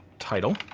title.